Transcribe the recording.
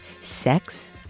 sex